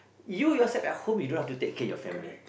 you yourself at home you don't have to take care your family